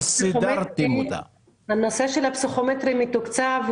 הנושא של הפסיכומטרי מתוקצב.